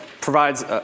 provides